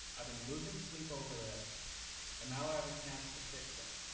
i've been losing sleep over this and now i have a chance to fix it.